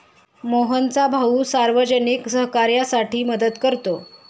मोहनचा भाऊ सार्वजनिक सहकार्यासाठी मदत करतो